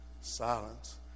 Silence